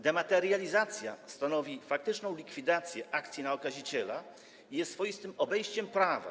Dematerializacja stanowi faktyczną likwidację akcji na okaziciela i jest swoistym obejściem prawa.